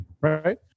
right